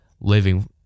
living